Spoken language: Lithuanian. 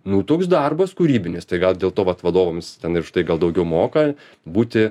nu toks darbas kūrybinis tai gal dėl to vat vadovams ten ir už tai gal daugiau moka būti